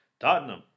Tottenham